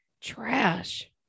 trash